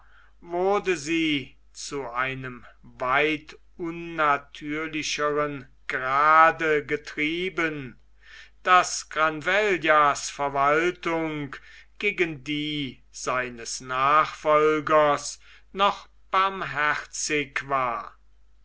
wurde sie zu einem weit unnatürlicheren grade getrieben daß granvellas verwaltung gegen die seines nachfolgers noch barmherzig war